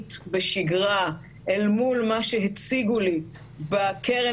זמנית בשגרה אל מול מה שהציגו לי בקרן